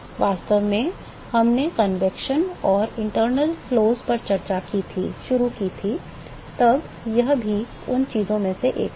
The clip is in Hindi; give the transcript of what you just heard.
वास्तव में जब हमने संवहन और आंतरिक प्रवाह पर चर्चा शुरू की थी तब यह भी उन चीजों में से एक थी